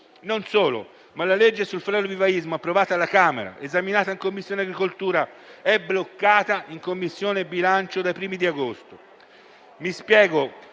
Non solo: la legge sul florovivaismo, approvata alla Camera ed esaminata in Commissione agricoltura, è bloccata in Commissione bilancio dai primi giorni di agosto.